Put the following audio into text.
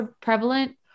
prevalent